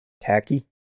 tacky